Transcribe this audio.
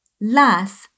las